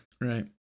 right